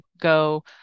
go